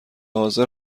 حاضر